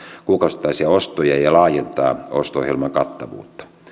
kuukausittaisia ostoja ja ja laajentaa osto ohjelman kattavuutta